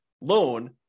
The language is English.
loan